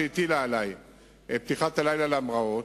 שהטילה עלי את פתיחת הנמל בלילה להמראות,